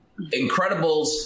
Incredibles